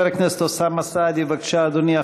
חבר הכנסת אוסאמה סעדי, בבקשה, אדוני.